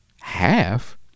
half